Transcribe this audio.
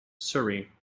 surrey